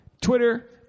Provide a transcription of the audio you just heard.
Twitter